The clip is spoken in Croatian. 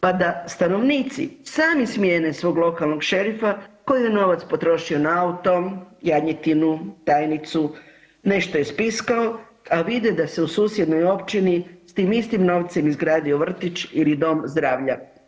Pa da stanovnici sami smijene svog lokalnog šerifa koji je novac potrošio na auto, janjetinu, tajnicu, nešto je spiskao, a vide da se u susjednoj općini s tim istim novcem izgradio vrtić ili dom zdravlja.